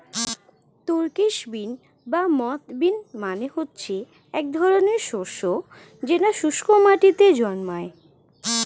Turkish bean বা moth bean মানে হচ্ছে এক ধরনের শস্য যেটা শুস্ক মাটিতে জন্মায়